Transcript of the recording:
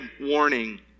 warning